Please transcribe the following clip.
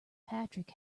patrick